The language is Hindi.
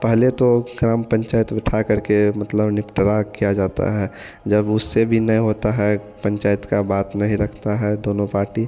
पहले तो ग्राम पंचायत बिठाकर के मतलब निपटारा किया जाता है जब उससे भी नहीं होता है पंचायत का बात नहीं रखता है दोनों पार्टी